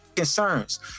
Concerns